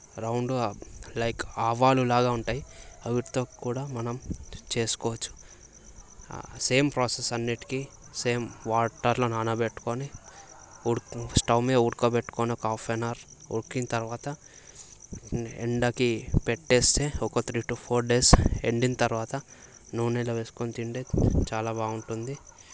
రౌండ్గా లైక్ ఆవాలులాగా ఉంటాయి వాటితో కూడా మనం చేసుకోవచ్చు సేమ్ ప్రాసెస్ అన్నింటికి సేమ్ వాటర్లో నానబెట్టుకొని ఉడక స్టవ్ మీద ఉడకబెట్టుకొని ఒక హాఫ్ ఎన్ అవర్ ఉడికిన తర్వాత ఎండకి పెట్టేస్తే ఒక త్రీ టూ ఫోర్ డేస్ ఎండిన తర్వాత నూనెలో వేసుకొని తింటే చాలా బాగుంటుంది